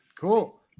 Cool